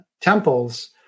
temples